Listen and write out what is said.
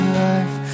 life